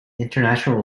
international